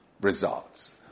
results